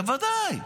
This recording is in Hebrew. בוודאי.